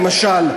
למשל,